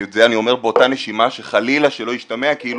ואת זה אני אומר באותה נשימה שחלילה שלא ישתמע כאילו